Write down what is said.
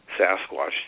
sasquatch